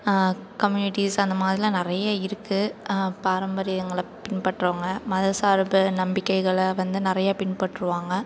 communities அந்த மாதிரிலாம் நிறைய இருக்குது பாரம்பரியங்களை பின்பற்றவங்கள் மதச் சார்பு நம்பிக்கைகளை வந்து நிறைய பின்பற்றுவாங்க